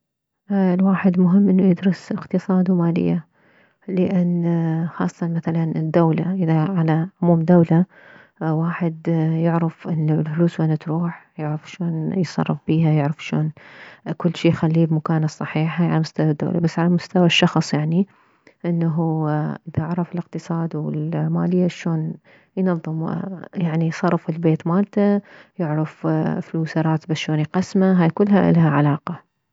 اه الواحد مهم انه يدرس اقتصاد ومالية لان خاصة مثلا الدولة اذا على عموم دولة واحد يعرف انه الفلوس وين تروح يعرف شلون يتصرف بيها يعرف شلون كلشي يخلي بمكانه الصحيح هاي على مستوى الدولة بس على مستوى الشخص يعني انه اذا عرف الاقتصاد والمالية شلون ينظم يعني صرف البيت مالته يعرف فلوسه راتبه شلون يقسمه هاي كلها الها علاقة